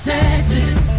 Texas